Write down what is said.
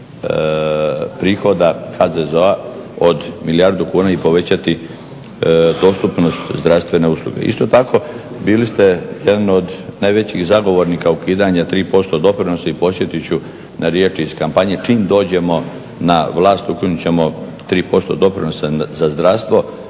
prihoda HZZO od milijardu kuna i povećati dostupnost zdravstvene usluge. Isto tako bili ste jedan od najvećih zagovornika ukidanja 3% doprinosa i podsjetit ću na riječi iz kampanje, čim dođemo na vlast ukinut ćemo 3% doprinosa za zdravstvo.